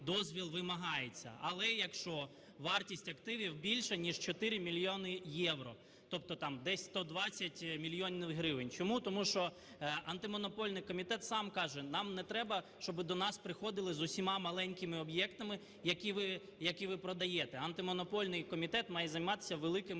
дозвіл вимагається, але якщо вартість активів більша ніж 4 мільйони євро, тобто там десь 120 мільйонів гривень. Чому? Тому що Антимонопольний комітет сам каже, нам не треба, щоб до нас приходили з усіма маленькими об'єктами, які ви продаєте. Антимонопольний комітет має займатися великими